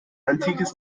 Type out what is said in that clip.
antikes